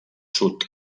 sud